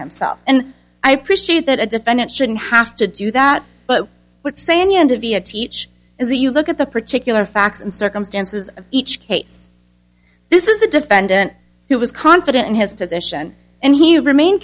himself and i appreciate that a defendant shouldn't have to do that but what sanny end of ia teach is that you look at the particular facts and circumstances of each case this is the defendant who was confident in his position and he remain